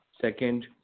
Second